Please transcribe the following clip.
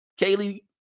Kaylee